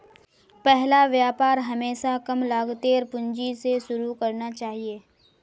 पहला व्यापार हमेशा कम लागतेर पूंजी स शुरू करना चाहिए